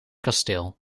kasteel